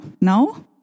No